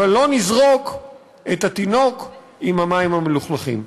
אבל לא נזרוק את התינוק עם המים המלוכלכים.